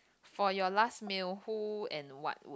for your last meal who and what